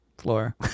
floor